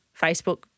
Facebook